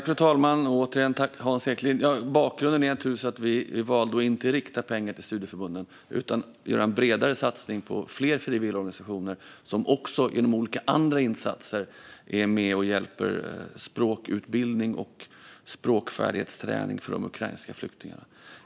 Fru talman! Bakgrunden är naturligtvis att vi valde att inte rikta pengar till studieförbunden utan att i stället göra en bredare satsning på fler frivilligorganisationer som också, genom olika andra insatser, är med och hjälper till med språkutbildning och språkfärdighetsträning för de ukrainska flyktingarna.